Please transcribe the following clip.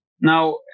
now